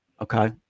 okay